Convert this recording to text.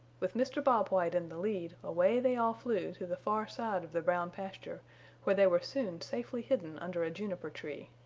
with mr. bob white in the lead away they all flew to the far side of the brown pasture where they were soon safely hidden under a juniper tree.